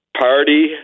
party